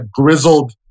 grizzled